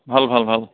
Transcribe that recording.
ভাল ভাল ভাল